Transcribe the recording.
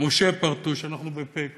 משה פרטוש, אנחנו בפ"א כבר,